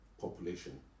population